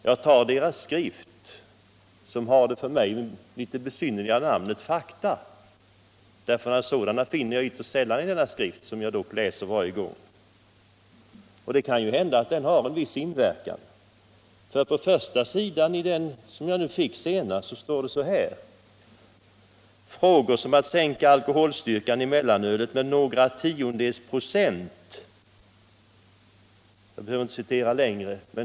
Jag tar dess skrift, som har det för mig litet besynnerliga namnet Fakta — sådana finner jag ytterst sällan i denna skrift, som jag dock läser varje gång. Det kan ju hända att den har en viss inverkan. På första sidan i det nummer som jag fick nu senast talas det om förslag att sänka alkoholstyrkan i mellanölet med några tiondels procent.